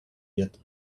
yet